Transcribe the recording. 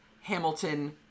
Hamilton